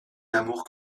d’amour